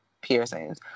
piercings